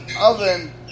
oven